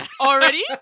Already